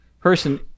person